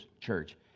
church